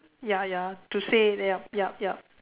ya ya to say they are yup yup